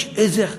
יש איזה חששות,